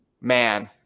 man